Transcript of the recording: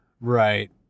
right